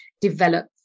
develop